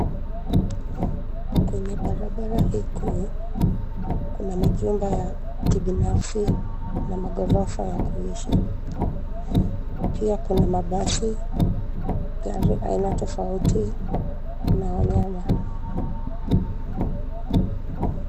Kwenye barabara hii kuu kuna majumba ya kibinafsi na maghorofa ya kuishi. Pia kuna mabasi, gari aina tofauti na wanyama.